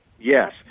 Yes